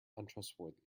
untrustworthy